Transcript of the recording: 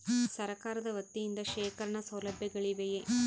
ಸರಕಾರದ ವತಿಯಿಂದ ಶೇಖರಣ ಸೌಲಭ್ಯಗಳಿವೆಯೇ?